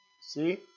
See